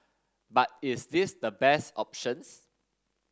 but is this the best options